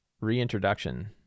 reintroduction